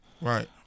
Right